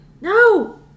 No